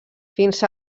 fins